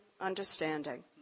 understanding